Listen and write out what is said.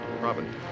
Robin